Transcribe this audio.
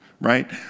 right